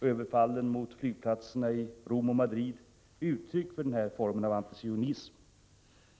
och överfallen mot flygplatserna i Rom och Madrid är uttryck för denna form av antisionism.